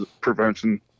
prevention